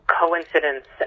coincidence